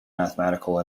mathematical